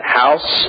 house